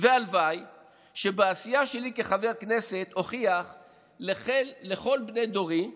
והלוואי שבעשייה שלי כחבר כנסת אוכיח לכל בני דורי,